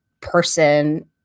person